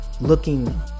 looking